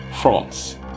France